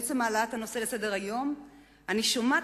בעצם העלאת הנושא לסדר-היום אני שומעת